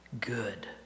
good